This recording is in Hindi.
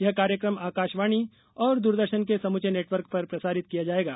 यह कार्यक्रम आकाशवाणी और दूरदर्शन के समूचे नेटवर्क पर प्रसारित किया जाएगा